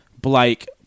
Blake